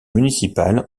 municipal